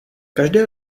každé